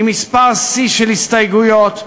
עם מספר שיא של הסתייגויות,